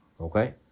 okay